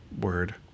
word